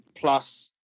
plus